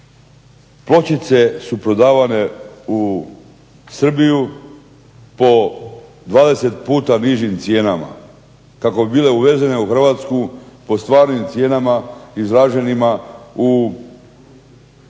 pločice su prodavane u Srbiju, po 20 puta nižim cijenama, kako bi bile uvezene u Hrvatsku po stvarnim cijenama izraženima u eurima.